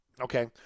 okay